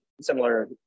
similar